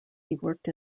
worked